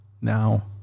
now